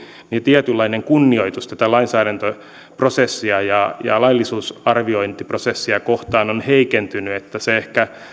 tietynlainen kunnioitus tätä lainsäädäntöprosessia ja ja laillisuusarviointiprosessia kohtaan on heikentynyt ehkä